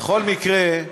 בכל מקרה,